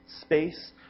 space